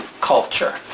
Culture